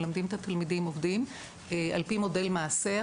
מלמדים את התלמידים והעובדים על פי מודל מעשה,